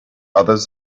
others